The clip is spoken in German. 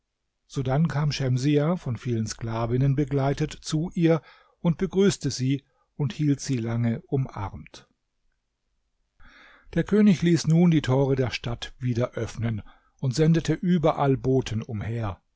sodann kam schemsiah von vielen sklavinnen begleitet zu ihr und begrüßte sie und hielt sie lange umarmt der könig ließ nun die tore der stadt wieder öffnen und sendete überall boten umher